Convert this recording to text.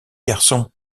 garçon